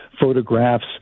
photographs